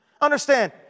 Understand